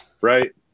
right